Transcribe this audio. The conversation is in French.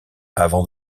avant